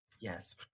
Yes